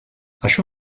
això